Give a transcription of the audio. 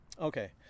Okay